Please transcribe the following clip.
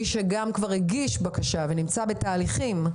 גם מי שכבר הגיש בקשה ונמצא בתהליכים,